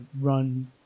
run